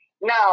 No